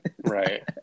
right